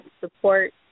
support